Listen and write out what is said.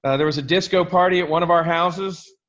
ah there was a disco party at one of our houses.